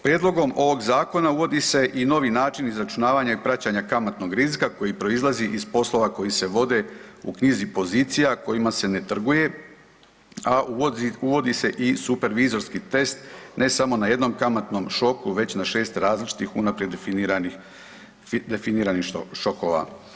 Prijedlogom ovog zakona uvodi se i novi način izračunavanja i praćenja kamatnog rizika koji proizlazi iz poslova koji se vode u knjizi pozicija kojima se ne trguje, a uvodi se i supervizorski test ne samo na jednom kamatnom šoku, već na šest različitih unaprijed definiranih šokova.